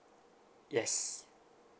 yes